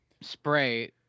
spray